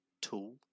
tool